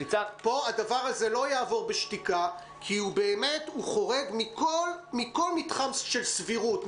הדבר הזה לא יעבור בשתיקה כי הוא באמת חורג מכל מתחם של סבירות,